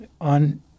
on –